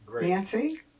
Nancy